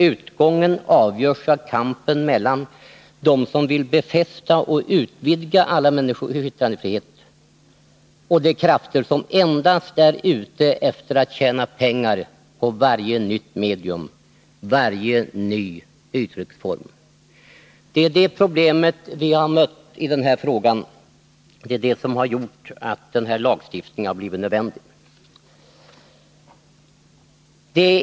Utgången avgörs av kampen mellan dem som vill befästa och utvidga alla människors yttrandefrihet och de krafter som endast är ute efter att tjäna pengar på varje nytt medium, varje ny uttrycksform. Det är det problemet vi har mött i denna fråga, och det är det som har gjort att den föreslagna lagstiftningen blivit nödvändig.